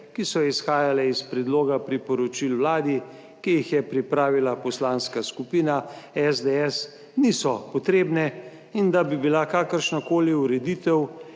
ki so izhajale iz predloga priporočil Vladi, ki jih je pripravila Poslanska skupina SDS niso potrebne, in da bi bila kakršnakoli ureditev,